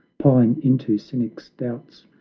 pine into cynic's doubts,